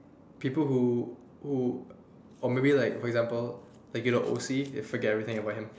people who who or maybe like for example like you know O_C just forget everything about him